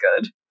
good